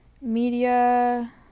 media